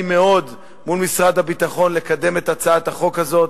מאוד מול משרד הביטחון לקדם את הצעת החוק הזאת,